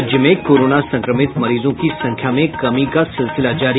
राज्य में कोरोना संक्रमित मरीजों की संख्या में कमी का सिलसिला जारी